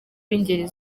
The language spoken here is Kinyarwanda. b’ingeri